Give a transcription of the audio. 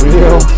Real